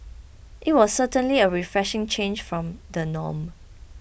it was certainly a refreshing change from the norm